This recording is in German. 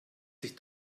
sich